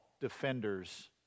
defenders